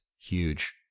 Huge